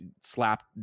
slapped